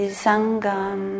sangam